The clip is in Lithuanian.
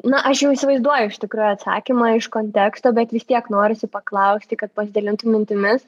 na aš jau įsivaizduoju iš tikrųjų atsakymą iš konteksto bet vis tiek norisi paklausti kad pasidalintum mintimis